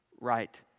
right